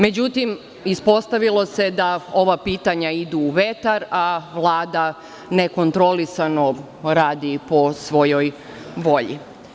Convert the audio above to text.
Međutim, ispostavilo se da ova pitanja idu u vetar, a Vlada nekontrolisano radi po svojoj volji.